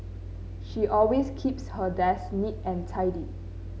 she always keeps her desk neat and tidy